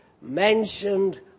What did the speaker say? mentioned